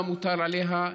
מה מוטל עליה,